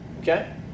okay